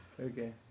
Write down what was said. okay